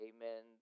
Amen